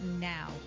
now